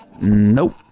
Nope